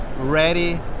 ready